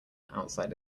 outside